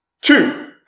Two